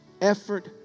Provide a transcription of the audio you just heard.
effort